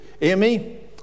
Amy